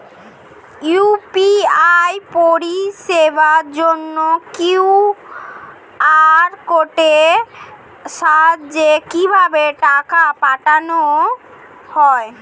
UPI পরিষেবার জন্য QR কোডের সাহায্যে কিভাবে টাকা পাঠানো হয়?